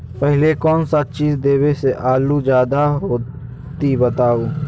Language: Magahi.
पहले कौन सा चीज देबे से आलू ज्यादा होती बताऊं?